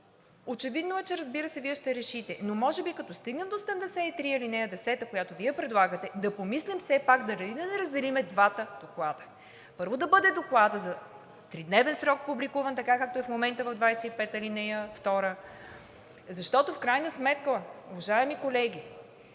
Очевидно е, че разбира се, Вие ще решите, но може би като стигнем до чл. 73, ал. 10, която Вие предлагате, да помислим все пак дали да не разделим двата доклада. Първо да бъде докладът в тридневен срок публикуван, както е в момента в чл. 25, ал. 2. В крайна сметка, уважаеми колеги,